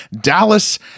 Dallas